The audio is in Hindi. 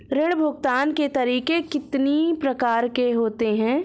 ऋण भुगतान के तरीके कितनी प्रकार के होते हैं?